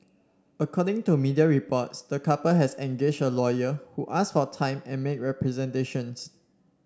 according to media reports the couple has engaged a lawyer who asked for time and make representations